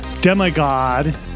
demigod